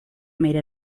made